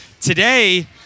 Today